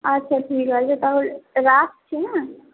আচ্ছা ঠিক আছে তাহলে রাখছি হ্যাঁ